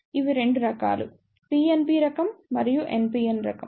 ఇవి రెండు రకాలు PNP రకం మరియు NPN రకం